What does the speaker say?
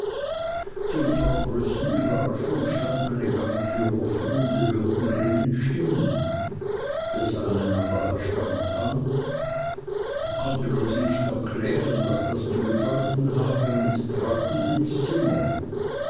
zu unsrer größten überraschung stand meine gangtür offen und wir hörten drinnen stimmen wir sahen einander erstaunt an konnten uns nicht erklären was das zu bedeuten habe und traten ins zimmer